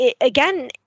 again